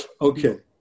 Okay